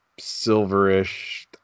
silverish